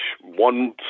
one